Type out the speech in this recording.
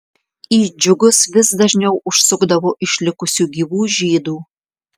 į džiugus vis dažniau užsukdavo išlikusių gyvų žydų